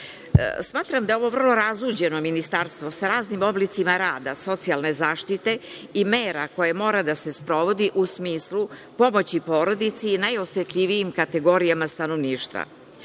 pitanje. Smatram da je ovo vrlo razuđeno ministarstvo, sa raznim oblicima rada socijalne zaštite i mera koje moraju da se sprovode u smislu pomoći porodici i najosetljivijim kategorijama stanovništva.